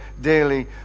daily